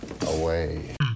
Away